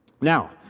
Now